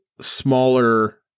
smaller